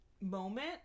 moment